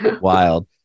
wild